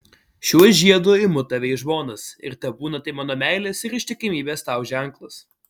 šiuo žiedu imu tave į žmonas ir tebūna tai mano meilės ir ištikimybės tau ženklas